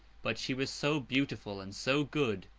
but she was so beautiful, and so good,